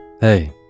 Hey